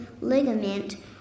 ligament